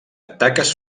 taques